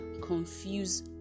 confuse